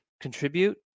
contribute